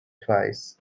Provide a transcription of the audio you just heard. twice